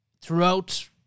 throughout